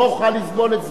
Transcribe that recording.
לא אוכל לסבול את זה.